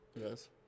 Yes